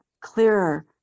clearer